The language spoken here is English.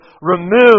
remove